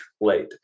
late